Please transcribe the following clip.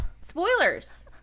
spoilers